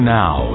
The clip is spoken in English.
now